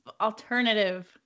alternative